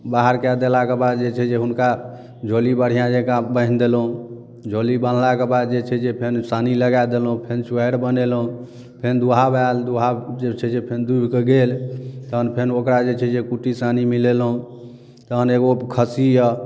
बाहर कए देलाके बाद जे छै जे हुनका झोली बढ़ियाँ जकाँ बाँन्हि देलहुँ झोली बान्हलाके बाद जे छै जे फेन सानी लगाय देलहुँ फेन चोआरि बनेलौ फेन दुहाब आयल दुहाब जे छै जे फेन दुहिकऽ गेल तहन फेन ओकरा जे छै जे कुट्टी सानी मिलेलहुँ तहन एगो खस्सी यऽ